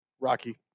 Rocky